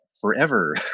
Forever